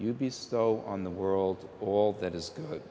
you be so on the world all that is good